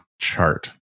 chart